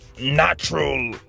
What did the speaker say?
natural